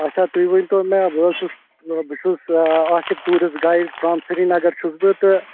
اَچھا تُہۍ ؤنۍتَو مےٚ بہٕ حظ چھُس بہٕ چھُس Asif tourist guide from Srinagar چھُس بہٕ تہٕ